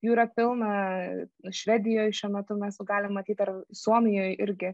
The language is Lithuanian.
jų yra pilna švedijoj šiuo metu mes jau galim matyt ar suomijoj irgi